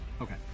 Okay